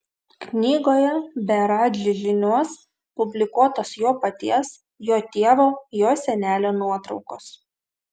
knygoje be radži žinios publikuotos jo paties jo tėvo jo senelio nuotraukos